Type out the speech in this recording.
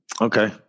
Okay